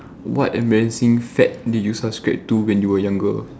what amazing fad did you subscribe to when you were younger